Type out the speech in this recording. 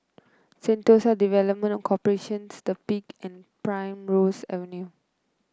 Sentosa Development Corporation The Peak and Primrose Avenue